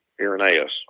Irenaeus